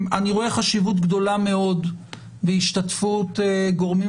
אני רואה חשיבות גדולה מאוד בהשתתפות גורמים